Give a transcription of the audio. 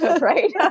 Right